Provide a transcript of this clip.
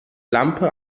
lampe